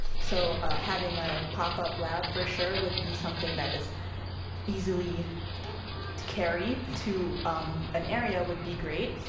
so having a pop-up lab for sure would be something that is easily to carry to an area would be great.